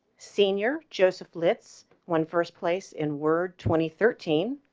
senior joseph lits won first place in word twenty thirteen